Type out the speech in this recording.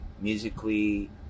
musically